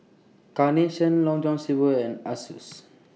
Carnation Long John Silver and Asus